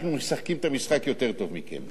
אנחנו משחקים את המשחק יותר טוב מכם.